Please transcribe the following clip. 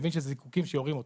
מבין שזה זיקוקין שיורים אותם.